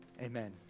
Amen